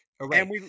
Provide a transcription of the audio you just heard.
Okay